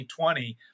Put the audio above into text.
2020